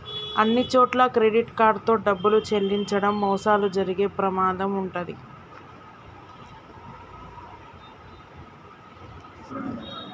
అన్నిచోట్లా credit card తో డబ్బులు చెల్లించడం మోసాలు జరిగే ప్రమాదం వుంటది